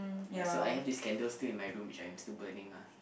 and so I have this candle still in my room which I'm still burning lah